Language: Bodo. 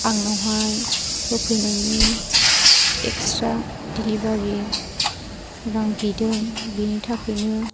आंनावहाय होफैनायनि एक्सट्रा डेलिभारि रां बिदों बेनि थाखायनो